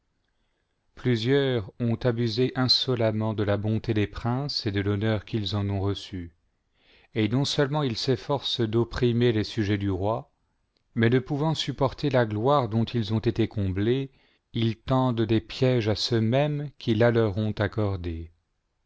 plusieurs ont abusé insolemment de la bonté des princes et de l'honneur qu'ils en ont reçu et non seulement ils s'efforcent d'opprimer les sujets des rois mais ne pouvant supporter la gloire dont ils ont été comblés ils tendent des pièges à ceux mêmes qui la leur ont accordée